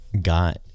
got